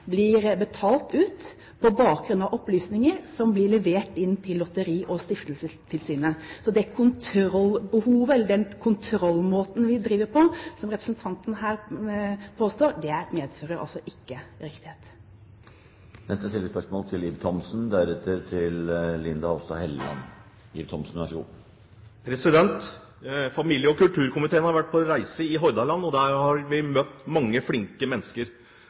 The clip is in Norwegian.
blir betalt ut på bakgrunn av opplysninger som blir levert inn til Lotteri- og stiftelsestilsynet. Den måten vi driver kontroll på som representanten her påstår, medfører altså ikke riktighet. Ib Thomsen – til oppfølgingsspørsmål. Familie- og kulturkomiteen har vært på reise i Hordaland, og der har vi møtt mange flinke mennesker.